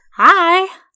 Hi